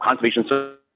Conservation